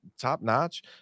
top-notch